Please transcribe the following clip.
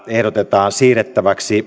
ehdotetaan siirrettäväksi